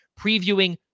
previewing